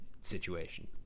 situation